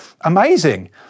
amazing